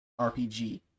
RPG